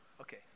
Okay